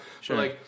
Sure